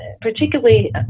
particularly